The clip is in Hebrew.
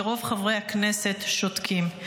ורוב חברי הכנסת שותקים.